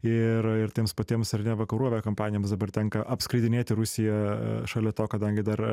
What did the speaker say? ir ir tiems patiems ar ne vakarų aviakompanijoms dabar tenka apskridinėti rusiją šalia to kadangi dar